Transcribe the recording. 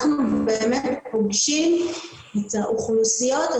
אנחנו באמת פוגשים את האוכלוסיות,